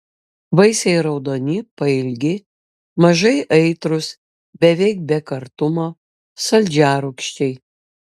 vaisiai raudoni pailgi mažai aitrūs beveik be kartumo saldžiarūgščiai